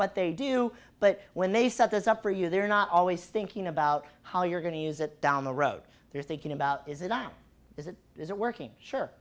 what they do but when they set this up for you they're not always thinking about how you're going to use it down the road they're thinking about is it that is it isn't working sure